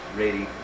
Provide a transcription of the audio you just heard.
ready